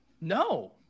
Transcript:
No